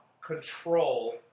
control